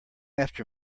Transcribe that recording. after